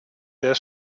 der